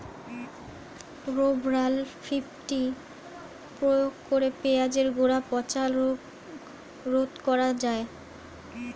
Rovral fifty প্রয়োগ করে পেঁয়াজের গোড়া পচা রোগ রোধ করা যায়?